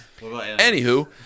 Anywho